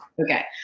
Okay